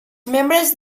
membres